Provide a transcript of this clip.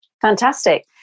Fantastic